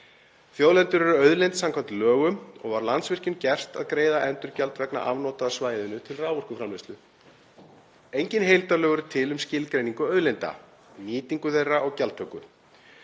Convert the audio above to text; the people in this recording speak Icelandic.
Þjóðlendur eru auðlind samkvæmt lögum og var Landsvirkjun gert að greiða endurgjald vegna afnota af svæðinu til raforkuframleiðslu. Engin heildarlög eru til um skilgreiningu auðlinda, nýtingu þeirra og gjaldtöku.